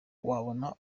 wabona